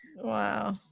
Wow